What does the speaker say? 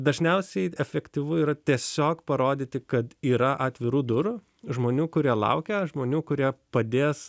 dažniausiai efektyvu yra tiesiog parodyti kad yra atvirų durų žmonių kurie laukia žmonių kurie padės